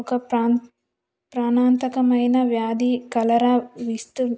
ఒక ప్రాన్ ప్రాణాంతకమైన వ్యాధి కలరా విస్తు